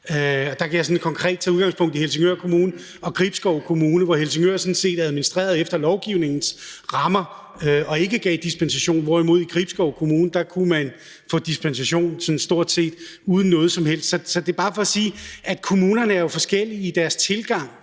Der kan jeg konkret tage udgangspunktet i Helsingør Kommune og Gribskov Kommune, hvor Helsingør sådan set administrerede efter lovgivningens rammer og ikke gav dispensation, hvorimod man i Gribskov Kommune kunne få dispensation stort set uden videre. Det er bare for at sige, at kommunerne jo er forskellige i deres tilgang